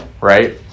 right